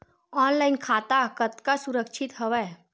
Online खाता कतका सुरक्षित हवय?